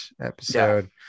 episode